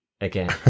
again